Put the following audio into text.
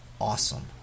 awesome